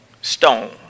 Stone